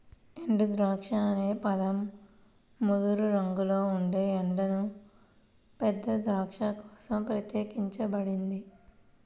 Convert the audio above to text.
ఎండుద్రాక్ష అనే పదం ముదురు రంగులో ఉండే ఎండిన పెద్ద ద్రాక్ష కోసం ప్రత్యేకించబడింది